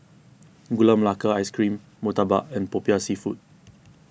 Gula Melaka Ice Cream Murtabak and Popiah Seafood